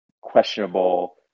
questionable